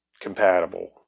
compatible